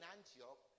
Antioch